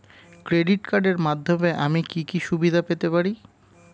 Credit কার্ডের মাধ্যমে আমি কি কি সুবিধা পেতে পারি?